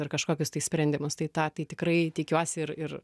ar kažkokius tai sprendimus tai tą tai tikrai tikiuosi ir ir